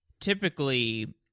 typically